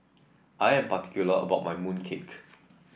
I am particular about my mooncake